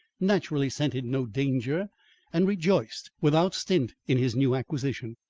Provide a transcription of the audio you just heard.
naturally scented no danger and rejoiced without stint in his new acquisition.